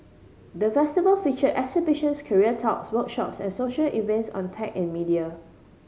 the Festival feature exhibitions career talks workshops and social events on tech and media